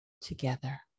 together